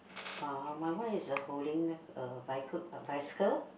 uh my one is a holding a bi~ bicycle